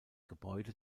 gebäude